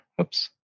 oops